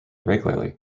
regularly